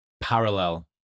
Parallel